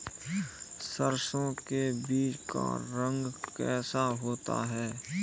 सरसों के बीज का रंग कैसा होता है?